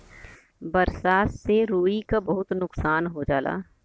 बरसात से रुई क बहुत नुकसान हो जाला